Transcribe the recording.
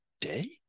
day